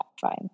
fine